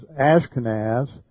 Ashkenaz